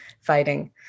fighting